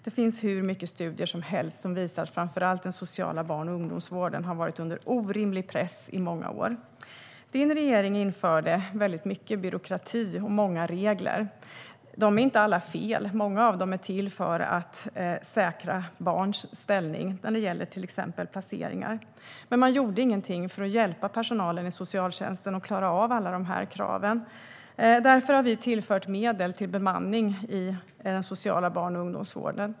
De finns hur många studier som helst som visar framför allt att den sociala barn och ungdomsvården har varit under orimlig press under många år. Din regering, Jenny Petersson, införde mycket byråkrati och många regler. Alla regler är inte fel, utan många av dem är till för att säkra barns ställning när det gäller till exempel placeringar. Men man gjorde ingenting för att hjälpa personalen i socialtjänsten att klara av att hantera alla krav. Därför har vi tillfört medel till bemanning i den sociala barn och ungdomsvården.